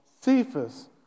Cephas